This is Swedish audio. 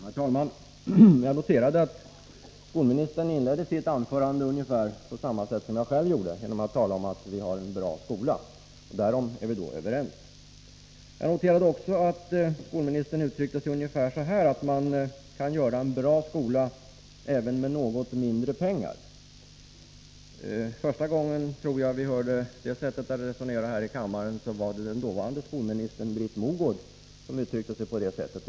Herr talman! Jag noterade att skolministern inledde sitt anförande på ungefär samma sätt som jag gjorde — genom att tala om att vi har en bra skola. Därom är vi då överens. Jag noterade också att skolministern menade att man kan få till stånd en bra skola även med något mindre pengar. Första gången vi i riksdagen ställdes inför det resonemanget var det den dåvarande skolministern Britt Mogård som uttryckte tankegången.